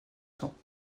temps